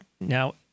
Now